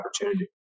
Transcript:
opportunity